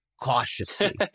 cautiously